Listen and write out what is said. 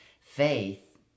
Faith